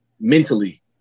mentally